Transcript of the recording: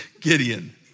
Gideon